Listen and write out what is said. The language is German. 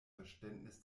verständnis